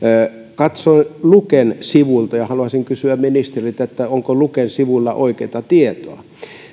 katsoin luken sivuilta ja haluaisin kysyä ministeriltä onko luken sivuilla oikeata tietoa kun